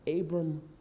Abram